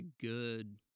good